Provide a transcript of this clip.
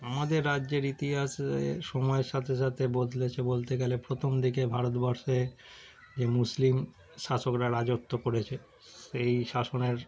আমাদের রাজ্যের ইতিহাসে সময়ের সাথে সাথে বদলেছে বলতে গেলে প্রথম দিকে ভারতবর্ষে যে মুসলিম শাসকরা রাজত্ব করেছে সেই শাসনের